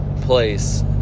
place